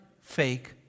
fake